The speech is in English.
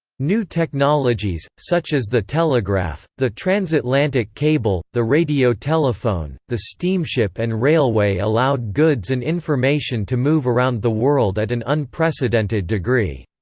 new technologies, such as the telegraph, the transatlantic cable, the radiotelephone, the steamship and railway allowed goods and information to move around the world at an unprecedented degree.